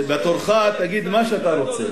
בתורך תגיד מה שאתה רוצה.